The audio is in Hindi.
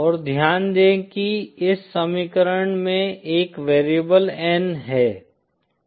और ध्यान दें कि इस समीकरण में एक वेरिएबल N है